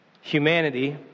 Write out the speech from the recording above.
humanity